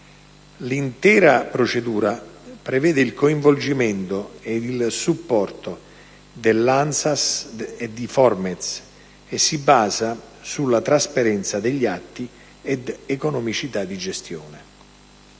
L'intera procedura prevede il coinvolgimento ed il supporto dell'ANSAS e di Formez e si basa sulla trasparenza degli atti ed economicità di gestione.